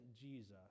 Jesus